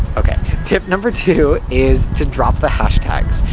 ok, tip number two is to drop the hashtags.